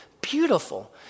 beautiful